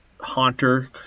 Haunter